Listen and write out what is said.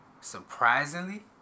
Surprisingly